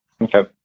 Okay